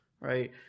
right